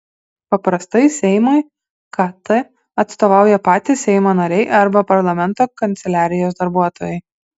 paprastai seimui kt atstovauja patys seimo nariai arba parlamento kanceliarijos darbuotojai